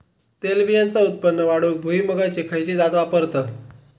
तेलबियांचा उत्पन्न वाढवूक भुईमूगाची खयची जात वापरतत?